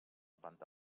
planta